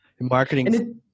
marketing